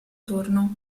turno